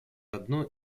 одно